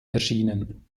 erschienen